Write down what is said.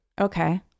Okay